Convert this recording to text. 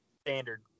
Standard